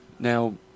Now